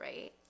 right